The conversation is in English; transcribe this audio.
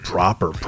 Proper